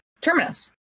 Terminus